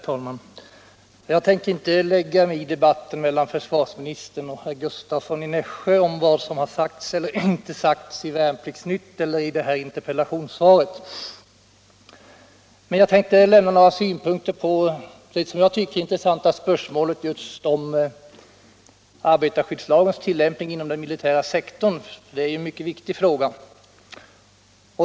Herr talman! Jag tänker inte lägga mig i debatten mellan försvarsministern och herr Gustavsson i Nässjö om vad som har sagts eller inte sagts i Värnplikts-Nytt eller i interpellationssvaret. Men jag tänkte anföra några synpunkter på det, som jag tycker, intressanta spörsmålet om arbetarskyddslagens tillämpning inom den militära sektorn; det är ju en mycket viktig fråga.